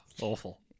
Awful